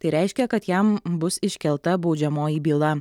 tai reiškia kad jam bus iškelta baudžiamoji byla